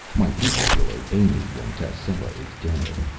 my people will obey me when tascela is dead.